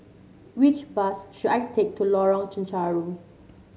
which bus should I take to Lorong Chencharu